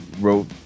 wrote